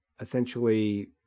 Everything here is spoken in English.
essentially